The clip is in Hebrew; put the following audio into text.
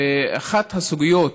אחת הסוגיות